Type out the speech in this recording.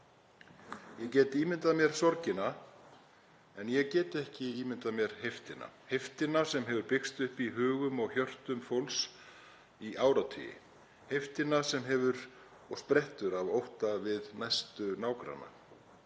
Ég get ímyndað mér sorgina en ég get ekki ímyndað mér heiftina, heiftina sem hefur byggst upp í hugum og hjörtum fólks í áratugi, heiftina sem sprettur af ótta við næstu nágranna.